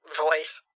Voice